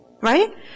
Right